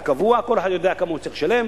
כל אחד יודע כמה הוא צריך לשלם.